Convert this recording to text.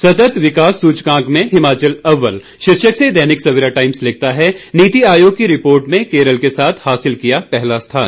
सतत विकास सूचकांक में हिमाचल अव्वल शीर्षक से दैनिक सवेरा टाइम्स लिखता है नीति आयोग की रिपोर्ट में केरल के साथ हासिल किया पहला स्थान